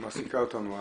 שמעסיקה אותנו,